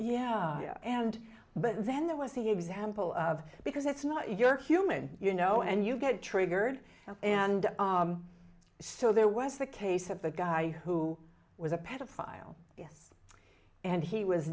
yeah and but then there was the example of because it's not you're human you know and you get triggered and so there was the case of the guy who was a pedophile and he was